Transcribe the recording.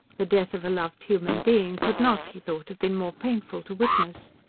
the death of a loved human being could not, he thought, have been more painful to witness.